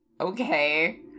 Okay